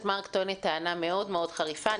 מארק טוענת טענה מאוד מאוד חריפה.